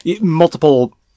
multiple